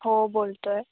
हो बोलतो आहे